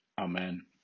Amen